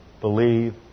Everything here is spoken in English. believe